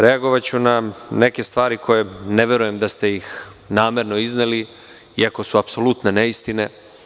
Reagovaću na neke stvari koje ne verujem da ste namerno izneli, iako su apsolutne neistine.